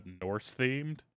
Norse-themed